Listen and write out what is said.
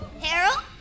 Harold